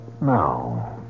now